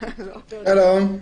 שלום.